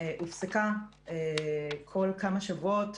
הופסקה כל כמה שבועות,